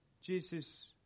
Jesus